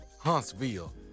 Huntsville